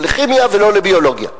לא לכימיה ולא לביולוגיה.